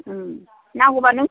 नांगौबा नों